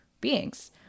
beings